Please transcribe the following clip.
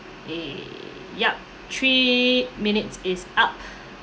eh yup three minutes is up